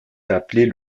appelée